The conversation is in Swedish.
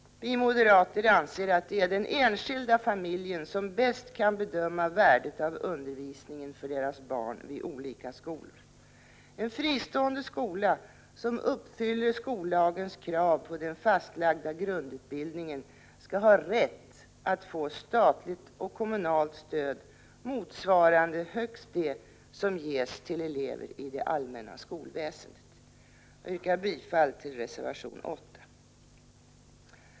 Vi moderater anser att det är den enskilda familjen som bäst kan bedöma värdet av undervisningen för deras barn vid olika skolor. En fristående skola som uppfyller skollagens krav på den fastlagda grundutbildningen skall ha rätt att få statligt och kommunalt stöd motsvarande högst det som ges till elever i det allmänna skolväsendet. Jag yrkar bifall till reservation 9.